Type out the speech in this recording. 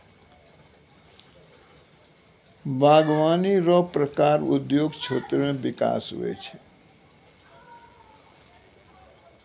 बागवानी रो प्रकार उद्योग क्षेत्र मे बिकास हुवै छै